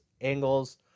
angles